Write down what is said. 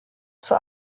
zur